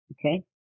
Okay